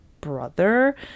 brother